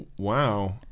Wow